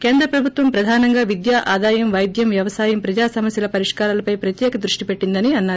కేంద్ర ప్రభుత్వం ప్రధానంగా విద్య ఆదాయం వైద్యం వ్యవసాయం ప్రజా సమస్యల పరిష్కారాలపై ప్రత్యేక దృష్టి పెట్టిందని అన్నారు